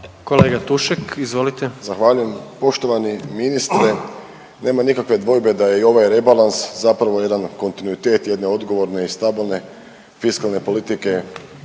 **Tušek, Žarko (HDZ)** Zahvaljujem. Poštovani ministre nema nikakve dvojbe da je i ovaj rebalans zapravo jedan kontinuitet jedne odgovorne i stabilne fiskalne politike